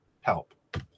help